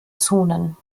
zonen